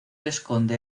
esconde